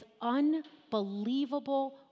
unbelievable